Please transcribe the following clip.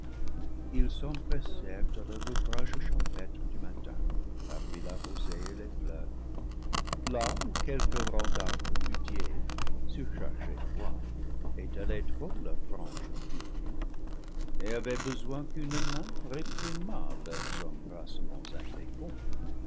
ils s'empressèrent à leur ouvrage champêtre du matin parmi la rosée et les fleurs là où quelques rangs d'arbres fruitiers surchargés de bois étalaient trop leurs branches touffues et avaient besoin qu'une main réprimât leurs embrassements